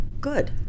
Good